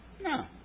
No